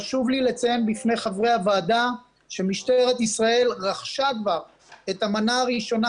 חשוב לי לציין בפני חברי הוועדה שמשטרת ישראל רכשה כבר את המנה הראשונה